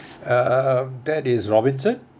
uh that is robinson